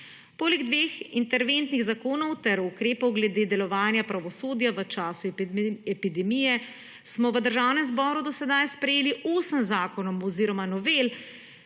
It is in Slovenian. Poleg dveh interventnih zakonov ter ukrepov glede delovanja pravosodja v času epidemije smo v državnem zboru do sedaj sprejeli osem zakonov oziroma novel